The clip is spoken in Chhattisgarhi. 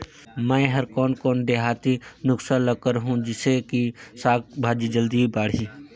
मै हर कोन कोन देहाती नुस्खा ल करहूं? जिसे कि साक भाजी जल्दी बाड़ही?